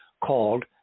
called